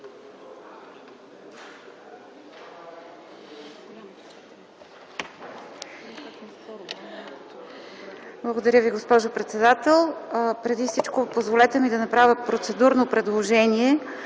Благодаря Ви, госпожо председател. Преди всичко ми позволете да направя процедурно предложение